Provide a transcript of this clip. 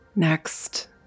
Next